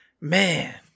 Man